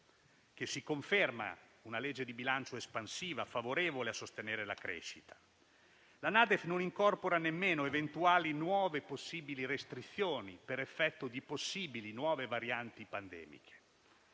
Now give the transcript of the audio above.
(che si conferma una legge espansiva, favorevole a sostenere la crescita), ma non incorpora nemmeno eventuali nuove possibili restrizioni per effetto di possibili nuove varianti pandemiche.